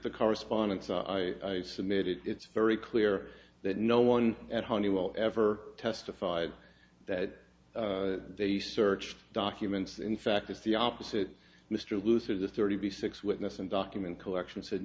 the correspondence i submitted it's very clear that no one at honeywell ever testified that they searched documents in fact it's the opposite mr looser the thirty six witness and document collection said